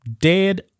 dead